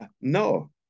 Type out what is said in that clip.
No